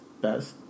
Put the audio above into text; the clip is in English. Best